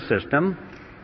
System